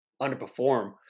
underperform